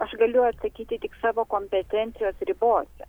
aš galiu atsakyti tik savo kompetencijos ribose